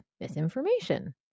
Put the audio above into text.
misinformation